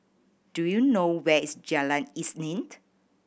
do you know where is Jalan Isnin